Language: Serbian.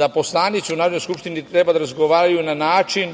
da poslanici u Narodnoj skupštini trebaju da razgovaraju na način